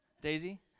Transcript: Daisy